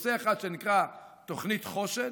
נושא אחד נקרא תוכנית חושן,